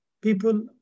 people